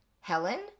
Helen